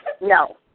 No